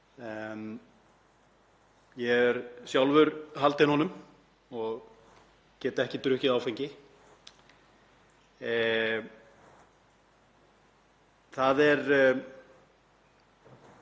Ég er sjálfur haldinn honum og get ekki drukkið áfengi. Það er